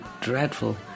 dreadful